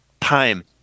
time